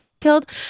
killed